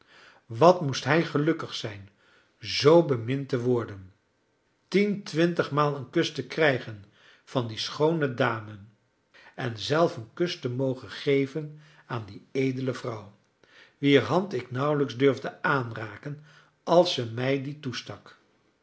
wat moest hij gelukkig zijn z bemind te worden tientwintigmaal een kus te krijgen van die schoone dame en zelf een kus te mogen geven aan die edele vrouw wier hand ik nauwlijks durfde aanraken als ze mij die toestak